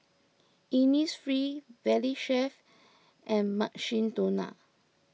Innisfree Valley Chef and Mukshidonna